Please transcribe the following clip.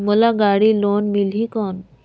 मोला गाड़ी लोन मिलही कौन?